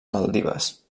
maldives